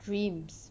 dreams